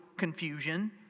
confusion